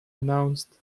announced